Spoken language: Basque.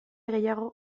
gehiago